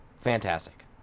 fantastic